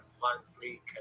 monthly